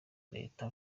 leta